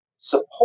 support